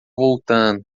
voltando